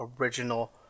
original